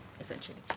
essentially